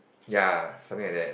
ya something like that